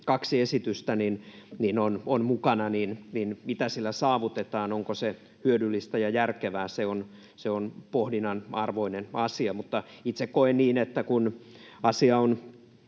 kaksi esitystä — saavutetaan. Onko se hyödyllistä ja järkevää, se on pohdinnan arvoinen asia. Mutta itse koen niin, että kun asia on